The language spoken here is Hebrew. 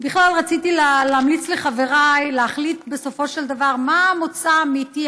בכלל רציתי להמליץ לחבריי להחליט בסופו של דבר מה המוצא האמיתי,